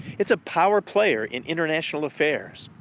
it's a power player in international affairs.